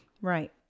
Right